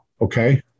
Okay